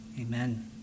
amen